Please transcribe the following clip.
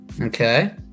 Okay